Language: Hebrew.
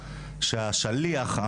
שהשליח,